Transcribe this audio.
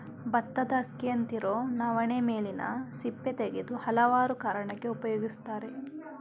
ಬತ್ತದ ಅಕ್ಕಿಯಂತಿರೊ ನವಣೆ ಮೇಲಿನ ಸಿಪ್ಪೆ ತೆಗೆದು ಹಲವಾರು ಕಾರಣಕ್ಕೆ ಉಪಯೋಗಿಸ್ತರೆ